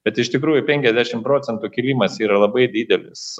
bet iš tikrųjų penkiasdešimt procentų kilimas yra labai didelis